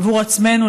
עבור עצמנו,